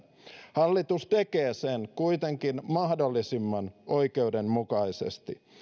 hallitus tekee sen kuitenkin mahdollisimman oikeudenmukaisesti